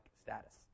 status